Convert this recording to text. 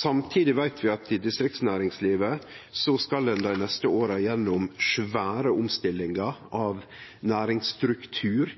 Samtidig veit vi at i distriktsnæringslivet skal ein dei neste åra gjennom svære omstillingar av næringsstruktur,